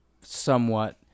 somewhat